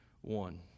one